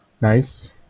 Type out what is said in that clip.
Nice